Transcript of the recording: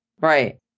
right